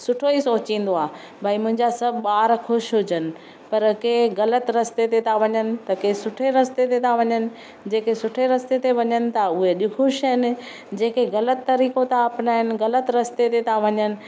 सुठो ई सोचींदो आहे भई मुंहिंजा सभु ॿार खु़शि हुजनि पर के ग़लति रस्ते ते था वञनि त के सुठे रस्ते ते था वञनि जेके सुठे रस्ते ते वञनि था उहे अॼु खु़शि आहिनि जेके ग़लति तरीक़ो था अपनाइणु ग़लति रस्ते ते था वञनि